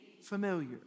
familiar